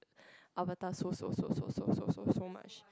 Avatar so so so so so so much